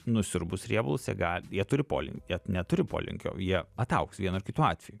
nusiurbus riebalus jie gal jie turi polinkį jie neturi polinkio jie ataugs vienu ar kitu atveju